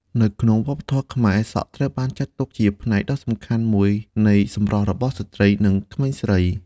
នៅក្នុងវប្បធម៌ខ្មែរ សក់ត្រូវបានចាត់ទុកជាផ្នែកដ៏សំខាន់មួយនៃសម្រស់របស់ស្ត្រី និងក្មេងស្រី។